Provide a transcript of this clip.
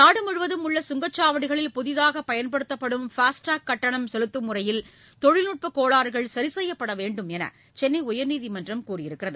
நாடு முழுவதும் உள்ள சுங்கச்சாவடிகளில் புதிதாக பயன்படுத்தப்படும் ஃபாஸ்டாக் கட்டணம் செலுத்தும் முறையில் தொழில்நுட்பக் கோளாறுகள் சரி செய்யப்பட வேண்டுமென்று சென்னை உயர்நீதிமன்றம் கூறியுள்ளது